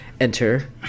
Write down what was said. enter